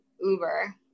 Uber